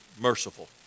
merciful